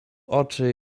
oczy